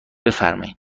بفرمایین